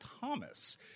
Thomas